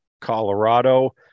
Colorado